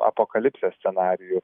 apokalipsės scenarijų